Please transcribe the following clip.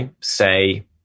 say